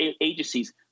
agencies